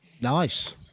Nice